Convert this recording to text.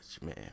man